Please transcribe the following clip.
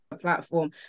platform